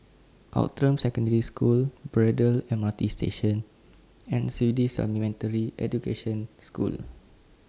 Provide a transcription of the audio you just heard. Outram Secondary School Braddell M R T Station and Swedish Supplementary Education School